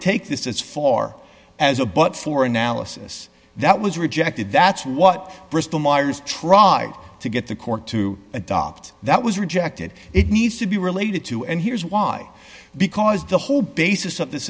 take this as far as a but for analysis that was rejected that's what bristol myers tried to get the court to adopt that was rejected it needs to be related to and here's why because the whole basis of this